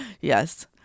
Yes